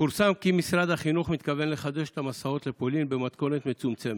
פורסם כי משרד החינוך מתכוון לחדש את המסעות לפולין במתכונת מצומצמת,